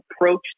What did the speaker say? approach